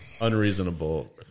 unreasonable